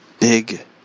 big